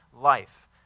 life